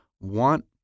want